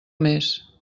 més